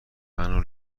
منو